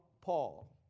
Paul